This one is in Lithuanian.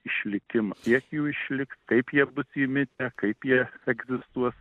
išlikimą kiek jų išliks kaip jie bus įmitę kaip jie egzistuos